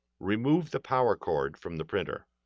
remove the power cord from the printer.